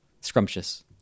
scrumptious